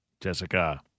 Jessica